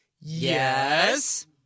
Yes